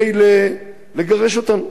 מילא לגרש אותנו,